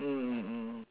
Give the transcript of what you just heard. mm mm